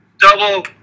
double